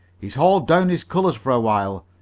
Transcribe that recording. he's hauled down his colors for a while,